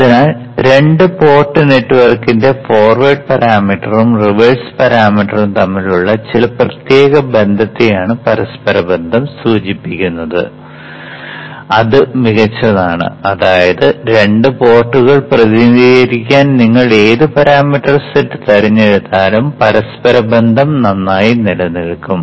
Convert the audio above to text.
അതിനാൽ രണ്ട് പോർട്ട് നെറ്റ്വർക്കിന്റെ ഫോർവേഡ് പാരാമീറ്ററും റിവേഴ്സ് പാരാമീറ്ററും തമ്മിലുള്ള ചില പ്രത്യേക ബന്ധത്തെയാണ് പരസ്പരബന്ധം സൂചിപ്പിക്കുന്നത് അത് മികച്ചതാണ് അതായത് രണ്ട് പോർട്ടുകളെ പ്രതിനിധീകരിക്കാൻ നിങ്ങൾ ഏത് പാരാമീറ്റർ സെറ്റ് തിരഞ്ഞെടുത്താലും പരസ്പരബന്ധം നന്നായി നിലനിൽക്കും